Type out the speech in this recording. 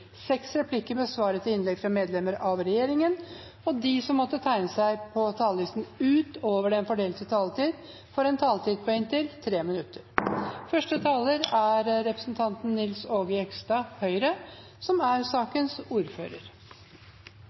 seks replikker med svar etter innlegg fra medlemmer av regjeringen, og de som måtte tegne seg på talerlisten utover den fordelte taletid, får en taletid på inntil 3 minutter. Som